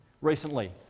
recently